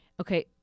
Okay